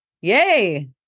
yay